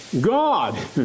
God